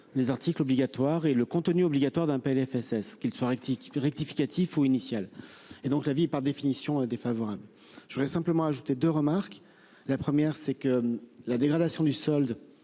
les articles obligatoire et le contenu obligatoire d'un PLFSS, qu'ils soient actifs qui peut rectificatif au initial et donc la vie par définition défavorable. Je voudrais simplement ajouter 2 remarques, la première c'est que la dégradation du solde